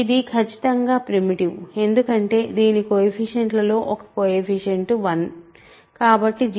ఇది ఖచ్చితంగా ప్రిమిటివ్ ఎందుకంటే దీని కొయెఫిషియంట్లలో ఒక కొయెఫిషియంట్ 1 కాబట్టి జిసిడి 1